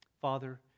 Father